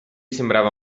sembrava